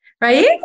right